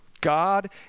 God